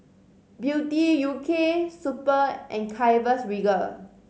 Beauty U K Super and Chivas Regal